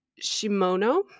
Shimono